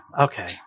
Okay